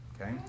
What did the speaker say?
Okay